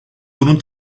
bunun